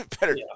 better